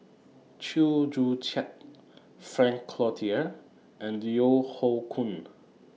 Chew Joo Chiat Frank Cloutier and Yeo Hoe Koon